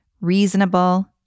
reasonable